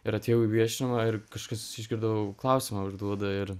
ir atėjau į viešinimą ir kažkas išgirdau klausimą užduoda ir